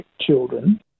children